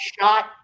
shot